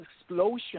explosion